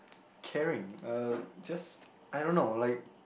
caring uh just I don't know like